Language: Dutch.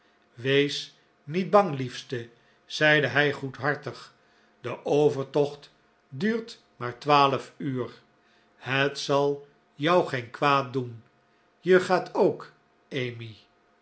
wees niet bang liefste zeide hij goedhartig de overtocht duurt maar twaalf uur het zal jou geen kwaad doen je gaat ook emmy